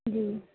جی